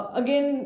again